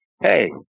hey